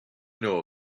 know